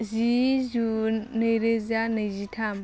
जि जुन नैरोजा नैजिथाम